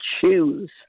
choose